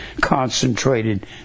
concentrated